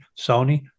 Sony